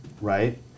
right